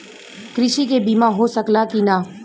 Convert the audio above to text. कृषि के बिमा हो सकला की ना?